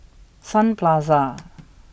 Sun Plaza